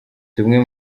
tumwe